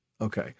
Okay